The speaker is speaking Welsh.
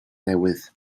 newydd